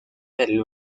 del